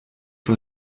von